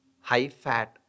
high-fat